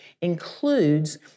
includes